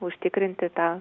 užtikrinti tą